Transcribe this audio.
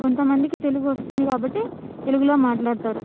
కొంతమందికి తెలుగొస్తుంది కాబట్టి తెలుగులో మాట్లాడతారు